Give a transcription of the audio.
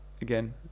again